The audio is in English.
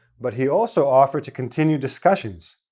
but he also offered to continue discussions,